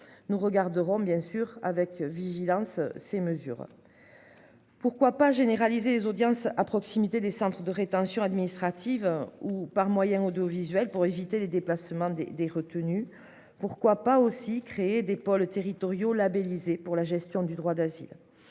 Nous regarderons bien sûr avec vigilance. Ces mesures. Pourquoi pas généraliser les audiences à proximité des centres de rétention administrative ou par moyens audiovisuels pour éviter les déplacements des des retenues. Pourquoi pas aussi créer des pôles territoriaux labellisé pour la gestion du droit d'asile.